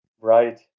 Right